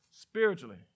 Spiritually